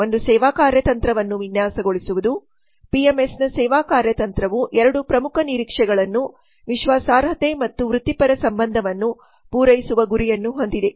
ಒಂದು ಸೇವಾ ಕಾರ್ಯತಂತ್ರವನ್ನು ವಿನ್ಯಾಸಗೊಳಿಸುವುದು ಪಿಎಂಎಸ್ನ ಸೇವಾ ಕಾರ್ಯತಂತ್ರವು 2 ಪ್ರಮುಖ ನಿರೀಕ್ಷೆಗಳನ್ನು ವಿಶ್ವಾಸಾರ್ಹತೆ ಮತ್ತು ವೃತ್ತಿಪರ ಸಂಬಂಧವನ್ನು ಪೂರೈಸುವ ಗುರಿಯನ್ನು ಹೊಂದಿದೆ